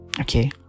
Okay